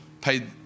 paid